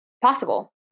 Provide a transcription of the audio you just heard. possible